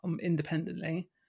independently